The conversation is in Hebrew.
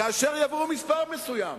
כאשר יעברו מספר מסוים.